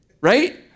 right